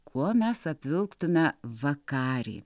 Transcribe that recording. kuo mes apvilktume vakarį